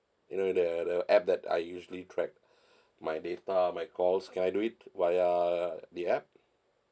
you know the the app that I usually track my data my calls can I do it via the app